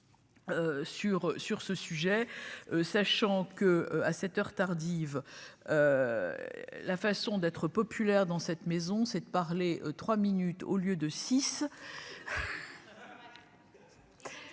sur ce sujet, sachant que, à cette heure tardive, la façon d'être populaire dans cette maison, c'est de parler 3 minutes au lieu de 6.